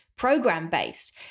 program-based